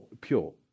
pure